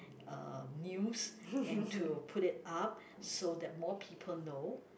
uh news and to put it up so that more people know